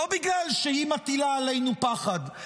לא בגלל שהיא מטילה עלינו פחד,